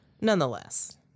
nonetheless